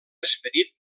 esperit